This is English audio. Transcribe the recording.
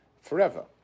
forever